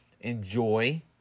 enjoy